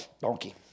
donkey